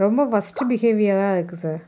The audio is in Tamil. ரொம்ப ஒஸ்ட் பிஹேவியராக இருக்குது சார்